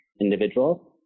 individuals